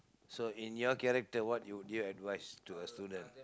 so in your character what you do you advise to a student